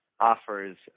offers